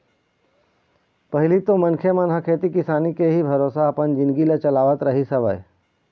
पहिली तो मनखे मन ह खेती किसानी के ही भरोसा अपन जिनगी ल चलावत रहिस हवय